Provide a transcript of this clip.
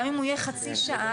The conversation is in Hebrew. גם אם הוא יהיה חצי שעה,